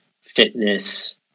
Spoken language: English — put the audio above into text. fitness